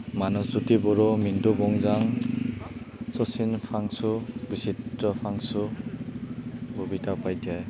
Manabjyoti Boro Mintu Bongang Sachin Phangchu Bichitra Phangchu Kabita Upadhyay